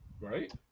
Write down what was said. right